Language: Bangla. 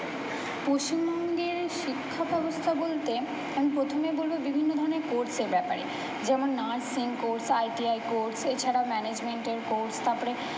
পশ্চিমবঙ্গের শিক্ষাব্যবস্থা বলতে আমি প্রথমে বলবো বিভিন্ন ধরনের কোর্সের ব্যাপারে যেমন নার্সিং কোর্স আইটিআই কোর্স এছাড়াও ম্যানেজমেন্টের কোর্স তারপরে